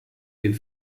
den